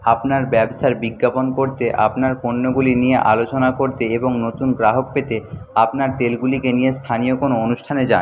আপনার ব্যবসার বিজ্ঞাপন করতে আপনার পণ্যগুলি নিয়ে আলোচনা করতে এবং নতুন গ্রাহক পেতে আপনার তেলগুলিকে নিয়ে স্থানীয় কোনো অনুষ্ঠানে যান